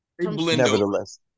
Nevertheless